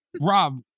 Rob